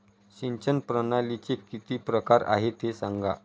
सिंचन प्रणालीचे किती प्रकार आहे ते सांगा